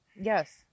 Yes